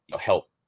help